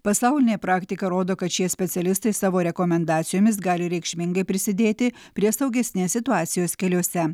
pasaulinė praktika rodo kad šie specialistai savo rekomendacijomis gali reikšmingai prisidėti prie saugesnės situacijos keliuose